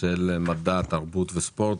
של משרד התרבות והספורט,